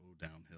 downhill